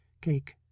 cake